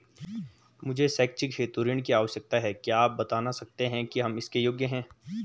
मुझे शैक्षिक हेतु ऋण की आवश्यकता है क्या आप बताना सकते हैं कि हम इसके योग्य हैं?